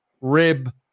rib